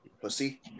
Pussy